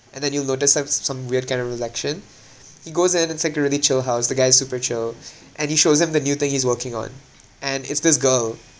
and then you'll notice some some weird kind of reflection he goes in it's like a really chill house the guy is super chill and he shows him the new thing he's working on and it's this girl